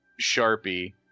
Sharpie